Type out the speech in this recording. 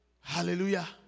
Hallelujah